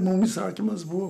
mums įsakymas buvo